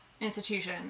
institution